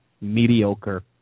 mediocre